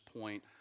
point